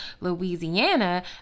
louisiana